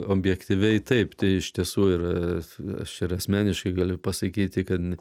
objektyviai taip tai iš tiesų ir aš ir asmeniškai galiu pasakyti kad